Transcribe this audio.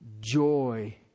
joy